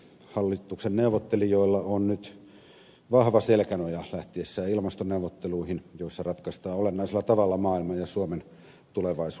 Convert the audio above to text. hallituksen neuvottelijoilla on nyt vahva selkänoja lähtiessään ilmastoneuvotteluihin joissa ratkaistaan olennaisella tavalla maailman ja suomen tulevaisuuden suunta